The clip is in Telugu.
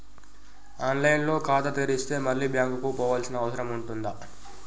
ఆన్ లైన్ లో ఖాతా తెరిస్తే మళ్ళీ బ్యాంకుకు పోవాల్సిన అవసరం ఉంటుందా?